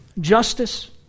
Justice